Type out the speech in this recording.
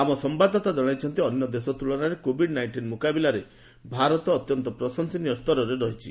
ଆମ ସମ୍ଘାଦଦାତା ଜଣାଇଛନ୍ତି ଅନ୍ୟ ଦେଶ ତୁଳନାରେ କୋଭିଡ୍ ନାଇଷ୍ଟିନ୍ ମୁକାବିଲାରେ ଭାରତ ଅତ୍ୟନ୍ତ ପ୍ରଶଂସନୀୟ ସ୍ତରରେ ରହିଛି